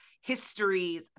histories